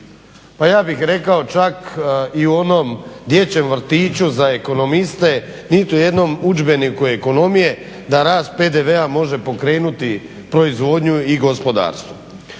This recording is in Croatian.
pa ja bih rekao čak i u onom dječjem vrtiću za ekonomiste, niti u jednom udžbeniku ekonomije, da rast PDV-a može pokrenuti proizvodnju i gospodarstvo.